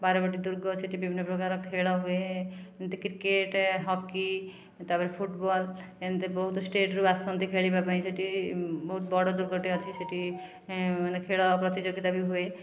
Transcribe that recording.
ବାରବାଟୀ ଦୁର୍ଗ ସେଠି ବିଭିନ୍ନ ପ୍ରକାର ଖେଳ ହୁଏ ଯେମିତି କ୍ରିକେଟ ହକି ତା'ପରେ ଫୁଟବଲ ଏମିତି ବହୁତ ଷ୍ଟେଟରୁ ଆସନ୍ତି ଖେଳିବା ପାଇଁ ସେଠି ବହୁତ ବଡ଼ ଦୁର୍ଗଟେ ଅଛି ସେଠି ମାନେ ଖେଳ ପ୍ରତିଯୋଗିତା ବି ହୁଏ